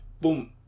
boom